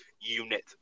unit